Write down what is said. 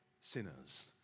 sinners